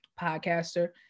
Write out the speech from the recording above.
podcaster